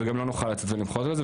וגם לא נוכל למחות על זה,